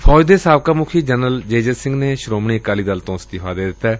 ਫੌਜ ਦੇ ਸਾਬਕਾ ਮੁਖੀ ਜਨਰਲ ਜੇ ਜੇ ਸਿੰਘ ਨੇ ਸ੍ਰੋਮਣੀ ਅਕਾਲੀ ਦਲ ਤੋ ਅਸਤੀਫ਼ਾ ਦੇ ਦਿੱਤੈ